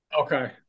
Okay